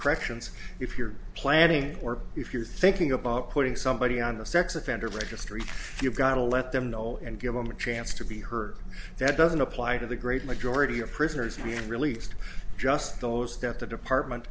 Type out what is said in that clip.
corrections if you're planning or if you're thinking about putting somebody on the sex offender registry you've got to let them know and give them a chance to be heard that doesn't apply to the great majority of prisoners being released just those death the department